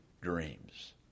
dreams